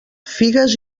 figues